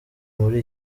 muri